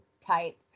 type